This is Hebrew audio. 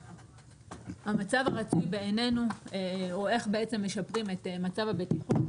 המצב הרצוי בעינינו הוא איך משפרים את מצב הבטיחות.